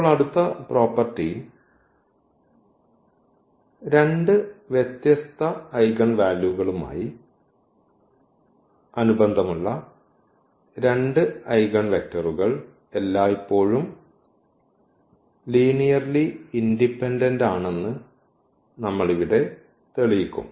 ഇപ്പോൾ അടുത്ത പ്രോപ്പർട്ടി രണ്ട് വ്യത്യസ്ത ഐഗൻ വാല്യൂകളുമായി അനുബന്ധമുള്ള രണ്ട് ഐഗൻവെക്റ്ററുകൾ എല്ലായ്പ്പോഴും ലീനിയർലി ഇൻഡിപെൻഡന്റ് ആണെന്ന് നമ്മൾ ഇവിടെ തെളിയിക്കും